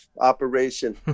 operation